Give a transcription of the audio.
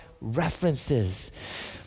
references